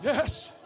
Yes